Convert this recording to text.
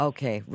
Okay